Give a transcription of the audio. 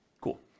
Cool